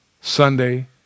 Sunday